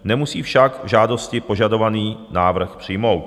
Nemusí však žádostí požadovaný návrh přijmout.